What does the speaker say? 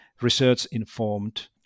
research-informed